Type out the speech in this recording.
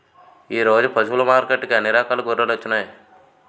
ఈరోజు పశువులు మార్కెట్టుకి అన్ని రకాల గొర్రెలొచ్చినాయ్